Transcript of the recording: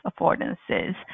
affordances